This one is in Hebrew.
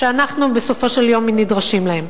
שאנחנו, בסופו של דבר, נדרשים להן.